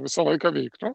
visą laiką veiktų